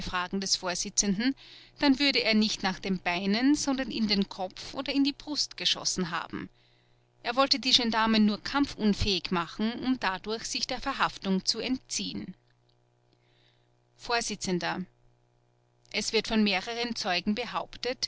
des vorsitzenden dann würde er nicht nach den beinen sondern in den kopf oder in die brust geschossen haben er wollte die gendarmen nur kampfunfähig machen um dadurch sich der verhaftung zu entziehen vors es wird von mehreren zeugen behauptet